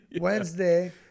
Wednesday